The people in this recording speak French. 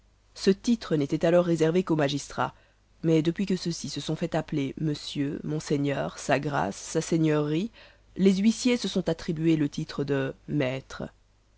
ce titre n'était alors réservé qu'aux magistrats mais depuis que ceux-ci se sont fait appeler monsieur monseigneur sa grâce sa seigneurie les huissiers se sont attribué le titre de maître